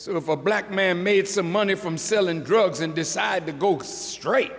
sort of a black man made some money from selling drugs and decide to go straight